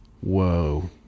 Whoa